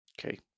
Okay